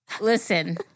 Listen